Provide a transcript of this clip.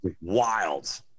wild